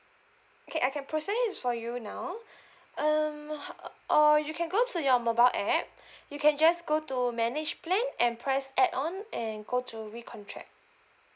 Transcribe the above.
okay I can process for you now um or you can go to your mobile app you can just go to manage plan and press add on and go to re contract